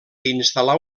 instal·lar